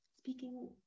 Speaking